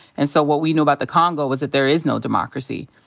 and so what we knew about the congo was that there is no democracy.